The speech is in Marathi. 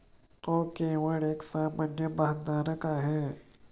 तो केवळ एक सामान्य भागधारक आहे